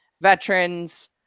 Veterans